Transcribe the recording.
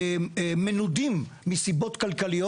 מנודים מסיבות כלכליות.